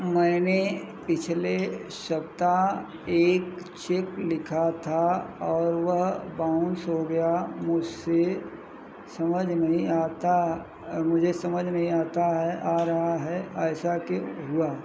मैंने पिछले सप्ताह एक चेक लिखा था और वह बाउंस हो गया मुझसे समझ नहीं आता मुझे समझ नहीं आता आ रहा है ऐसा के हुआ